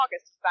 August